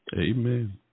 Amen